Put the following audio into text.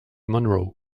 monroe